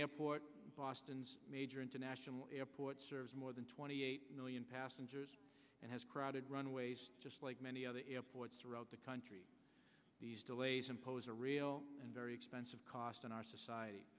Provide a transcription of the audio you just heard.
airport boston's major international airport serves more than twenty eight million passengers and has crowded runways just like many other airports throughout the country these delays impose a real and very expensive cost in our society